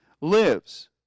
lives